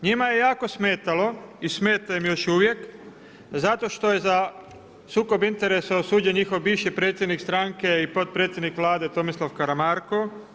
Njima je jako smetalo i smeta im još uvijek zato što je za sukob interesa osuđen njihov bivši predsjednik stranke i potpredsjednik Vlade Tomislav Karamarko.